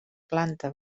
planta